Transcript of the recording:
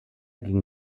gegen